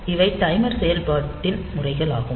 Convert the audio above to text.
இவை டைமர் செயல்பாட்டின் முறைகள் ஆகும்